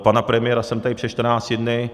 Pana premiéra jsem tady před čtrnácti dny...